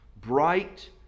Bright